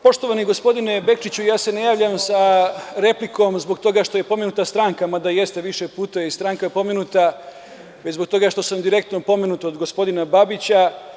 Poštovani gospodine Bečiću, ne javljam se sa replikom zato što je pomenuta stranka, mada jeste više puta, već zbog toga što sam direktno pomenut od gospodina Babića.